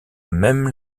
même